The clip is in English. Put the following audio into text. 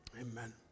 Amen